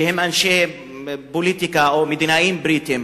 שהיו אנשי פוליטיקה, או מדינאים בריטים,